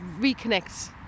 reconnect